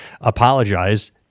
apologize